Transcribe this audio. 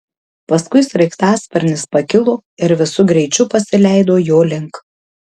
paskui sraigtasparnis pakilo ir visu greičiu pasileido jo link